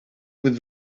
with